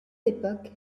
époque